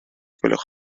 gwelwch